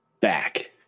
back